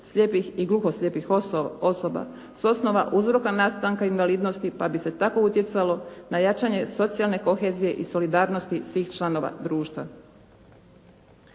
slijepih i gluhoslijepih osoba s osnova uzroka nastanka invalidnosti pa bi se tako utjecalo na jačanje socijalne kohezije i solidarnosti svih članova društva.